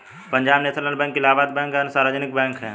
Punjab national bank Allahabad bank अन्य सार्वजनिक bank है